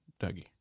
Dougie